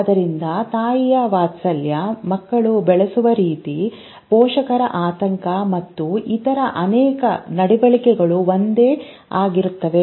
ಆದ್ದರಿಂದ ತಾಯಿಯ ವಾತ್ಸಲ್ಯ ಮಕ್ಕಳನ್ನು ಬೆಳೆಸುವ ರೀತಿ ಪೋಷಕರ ಆತಂಕ ಮತ್ತು ಇತರ ಅನೇಕ ನಡವಳಿಕೆಗಳು ಒಂದೇ ಆಗಿರುತ್ತವೆ